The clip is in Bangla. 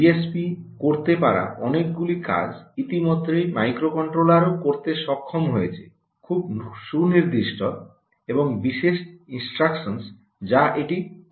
ডিএসপি করতে পারা অনেকগুলি কাজ ইতিমধ্যেই মাইক্রোকন্ট্রোলারেও করতে সক্ষম হয়েছে খুব সুনির্দিষ্ট এবং বিশেষ ইনস্ট্রাকশনস যা এটি করতে পারে